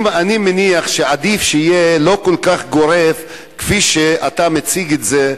אני מניח שעדיף שיהיה לא כל כך גורף כפי שאתה מציג את זה,